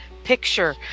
Picture